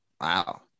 wow